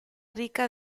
rica